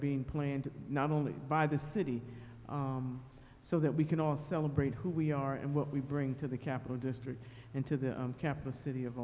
being planned not only by the city so that we can all celebrate who we are and what we bring to the capital district and to the capital city of